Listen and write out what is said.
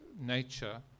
nature